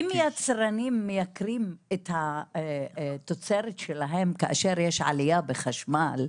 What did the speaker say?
אם יצרנים מייקרים את התוצרת שלהם כאשר יש עלייה בחשמל,